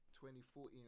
2014